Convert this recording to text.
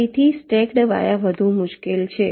તેથી સ્ટેક્ડ વાયા વધુ મુશ્કેલ છે